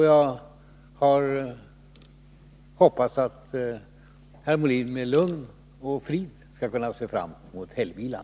Jag hoppas att herr Molin med lugn och frid skall kunna se fram mot helgvilan.